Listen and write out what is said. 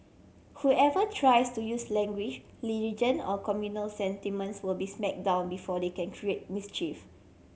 whoever tries to use language or communal sentiments will be smack down before they can create mischief